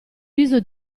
viso